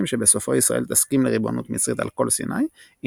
שבסופו ישראל תסכים לריבונות מצרית על כל סיני עם